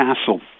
castle